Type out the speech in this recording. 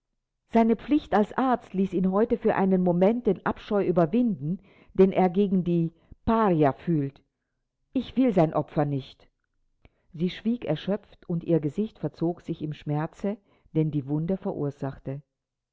seine pflicht als arzt ließ ihn heute für einen moment den abscheu überwinden den er gegen die paria fühlt ich will sein opfer nicht sie schwieg erschöpft und ihr gesicht verzog sich im schmerze den die wunde verursachte